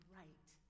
right